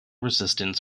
resistance